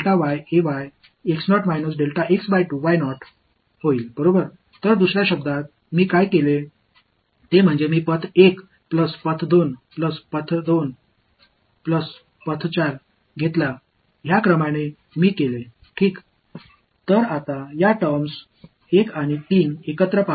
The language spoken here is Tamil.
எனவே வேறு வார்த்தைகளில் கூறுவதானால்நான் என்ன செய்தேன் என்றால் நான் பாதை 1 பிளஸ் பாதை 3 பிளஸ் பாதை 2 பிளஸ் பாதை 4 ஐ எடுத்தேன் அது நான் செய்த வரிசையாகும்